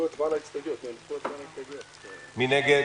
מי נגד?